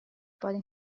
podem